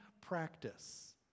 practice